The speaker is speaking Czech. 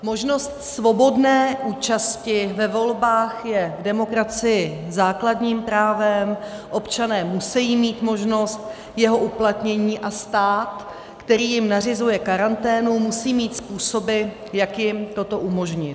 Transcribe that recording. Možnost svobodné účasti ve volbách je v demokracii základním právem, občané musejí mít možnost jeho uplatnění a stát, který jim nařizuje karanténu, musí mít způsoby, jak jim toto umožnit.